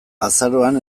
azaroan